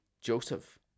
joseph